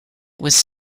was